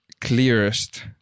clearest